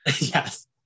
Yes